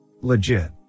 Legit